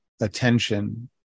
attention